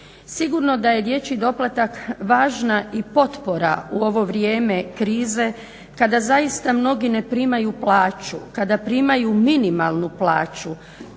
Sigurno da je dječji doplatak važna i potpora u ovo vrijeme krize kada zaista mnogi ne primaju plaću, kada primaju minimalnu plaću